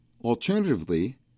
alternatively